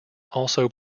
also